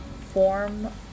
form